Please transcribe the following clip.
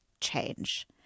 change